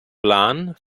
plan